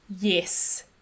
Yes